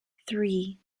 three